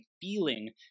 feeling